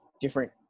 different